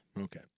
Okay